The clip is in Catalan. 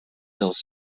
dels